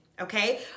okay